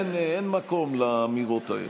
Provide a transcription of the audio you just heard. אין מקום לאמירות האלה.